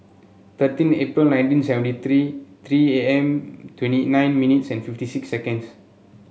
thirteen April nineteen seventy three three A M twenty nine minutes and fifty six seconds